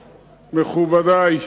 מכובדי,